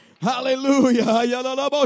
Hallelujah